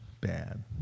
bad